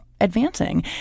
advancing